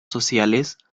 sociales